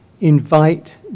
invite